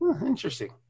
Interesting